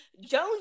Jones